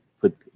put